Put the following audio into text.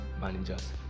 managers